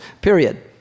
period